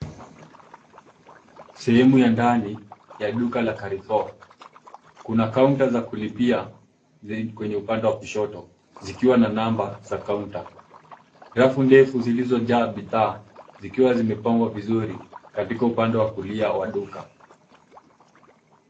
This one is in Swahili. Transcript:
Sehemu ya ndani ya duka la Carrefour . Kuna kaunta za kulipia zaidi kwenye upande wa kushoto zikiwa na namba za kaunta. Rafu ndefu zilizojaa bidhaa zikwa zimepangwa vizuri katika upande wa kulia wa duka.